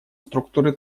структуры